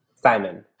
Simon